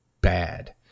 bad